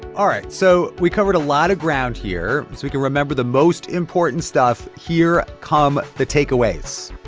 all right. so we covered a lot of ground here. so we can remember the most important stuff, here come the takeaways.